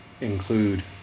include